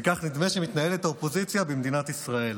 וכך נדמה שמתנהלת האופוזיציה במדינת ישראל.